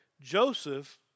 Joseph